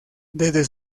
desde